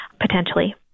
potentially